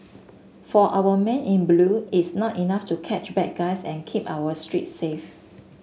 for our men in blue it's not enough to catch bad guys and keep our streets safe